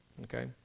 okay